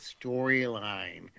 storyline